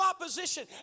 opposition